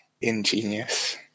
ingenious